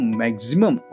maximum